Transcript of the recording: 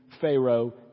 Pharaoh